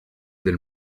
del